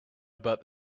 about